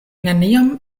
neniam